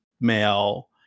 male